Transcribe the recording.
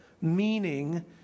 meaning